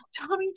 Tommy